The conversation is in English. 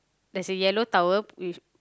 there's a yellow tower with